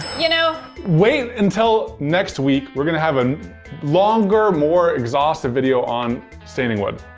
you know wait until next week, we're gonna have a longer, more exhaustive video on staining wood.